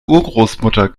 urgroßmutter